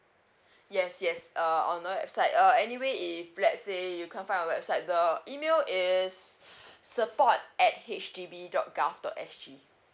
yes yes uh on the website uh anyway if let's say you can't find on website the email is support at H D B dot G O V dot S G